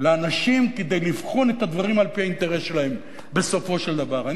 לאנשים כדי לבחון את הדברים על-פי האינטרס שלהם בסופו של דבר.